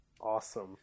Awesome